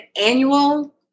annual